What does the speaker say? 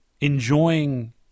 enjoying